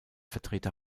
vertreter